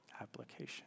application